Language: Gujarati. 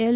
એલ